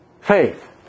faith